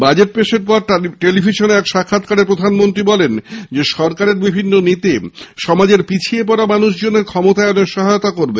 budget পেশের পরই টেলিভিশনে এক সাক্ষাতকারে প্রধানমন্ত্রী বলেন সরকারের বিভিন্ন নীতি সমাজের পিছিয়ে পড়া মানুষজনের ক্ষমতায়নে সহায়ক হবে